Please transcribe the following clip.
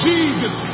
Jesus